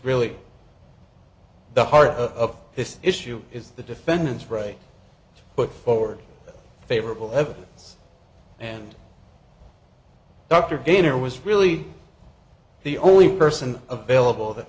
really the heart of this issue is the defendant's right to put forward favorable evidence and dr gainer was really the only person available that